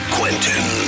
Quentin